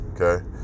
okay